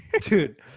dude